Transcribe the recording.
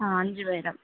അ അഞ്ചു പേര്